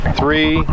three